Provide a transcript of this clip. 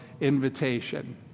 invitation